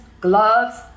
gloves